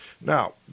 Now